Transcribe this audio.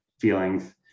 feelings